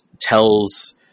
tells